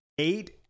Eight